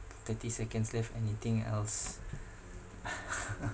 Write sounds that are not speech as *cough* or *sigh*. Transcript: thirty seconds left anything else *laughs*